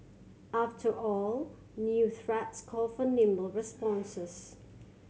after all new threats call for nimble responses